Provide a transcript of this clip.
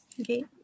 okay